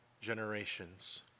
generations